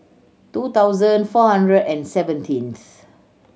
two thousand four hundred and seventeenth